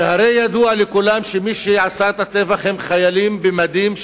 והרי ידוע לכולם שמי שעשה את הטבח הם חיילים במדים,